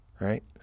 Right